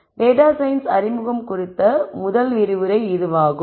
data science அறிமுகம் குறித்த முதல் விரிவுரை இதுவாகும்